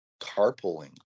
carpooling